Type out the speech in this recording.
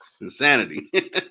insanity